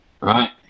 right